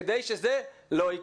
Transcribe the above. כדי שזה לא יקרה.